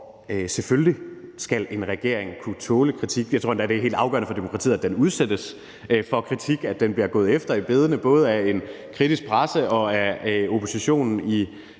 Og selvfølgelig skal en regering kunne tåle kritik. Jeg tror endda, det er helt afgørende for demokratiet, at den udsættes for kritik, at den bliver gået efter i bedene, både af en kritisk presse og af oppositionen i parlamentet